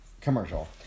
commercial